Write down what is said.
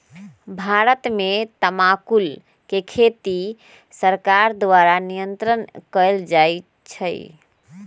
भारत में तमाकुल के खेती सरकार द्वारा नियन्त्रण कएल जाइ छइ